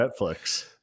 Netflix